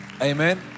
Amen